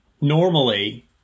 normally